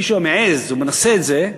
מי שמעז ומנסה את זה,